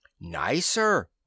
Nicer